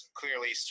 clearly